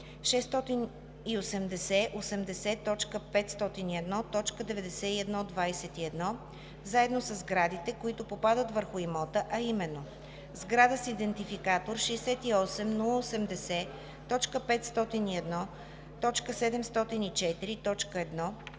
68080.501.9121, заедно със сградите, които попадат върху имота, а именно: сграда с идентификатор 68080.501.704.1